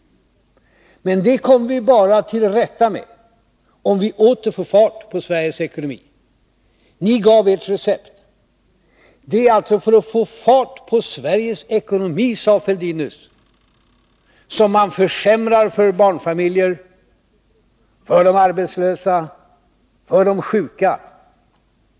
Men det kommer vi bara till rätta med om vi åter får fart på Sveriges ekonomi. Ni gav ert recept. Det är alltså för att få fart på Sveriges ekonomi — det sade herr Fälldin nyss — som man försämrar för barnfamiljerna, för de arbetslösa, för de sjuka.